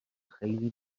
خیلی